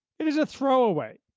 it is a throwaway.